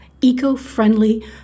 eco-friendly